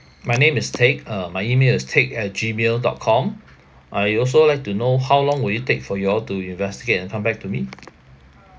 my name is teck uh my email is teck at gmail dot com I also like to know how long will it take for you all to investigate and come back to me